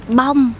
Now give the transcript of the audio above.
bông